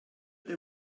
they